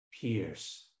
pierce